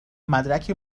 مدرک